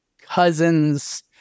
cousins